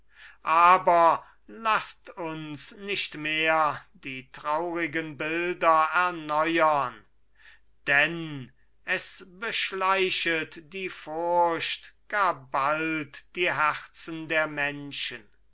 aber laßt uns nicht mehr die traurigen bilder erneuern denn es beschleichet die furcht gar bald die herzen der menschen